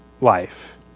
life